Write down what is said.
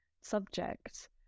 subject